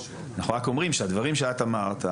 אנחנו רק אומרים שהדברים שאת אמרת,